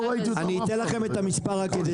לא ראיתי אותם אף פעם.